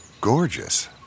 gorgeous